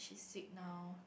sick now